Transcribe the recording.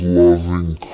loving